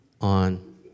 on